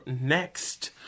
next